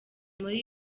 muri